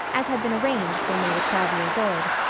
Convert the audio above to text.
as had been arranged when they were twelve years old,